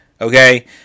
Okay